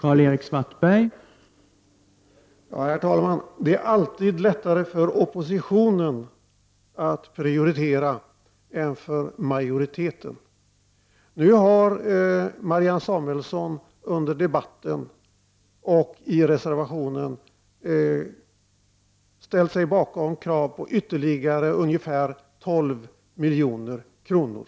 Herr talman! Det är alltid lättare för oppositionen att prioritera än för majoriteten. Nu har Marianne Samuelsson under debatten och i reservationen ställt sig bakom krav på ytterligare ca 12 milj.kr.